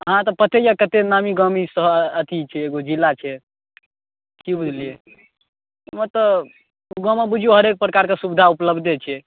अहाँके पते यऽ कत्ते नामी गामी शहर अथी एगो जिला छै की बुझलियै ओ तऽ गावँ मे बुझिऔ हरेक प्रकारके सुविधा उपलब्धे छै